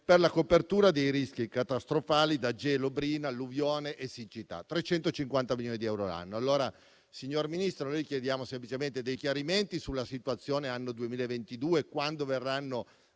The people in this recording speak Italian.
per la copertura dei rischi catastrofali da gelo, brina, alluvione e siccità: 350 milioni di euro l'anno. Signor Ministro, noi chiediamo semplicemente dei chiarimenti sulla situazione dell'anno 2022. Vorremmo